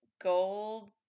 gold